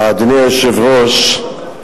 אדוני היושב-ראש,